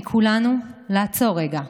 מכולנו, לעצור רגע.